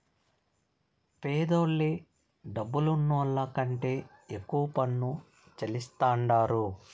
పేదోల్లే డబ్బులున్నోళ్ల కంటే ఎక్కువ పన్ను చెల్లిస్తాండారు